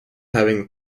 having